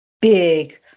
big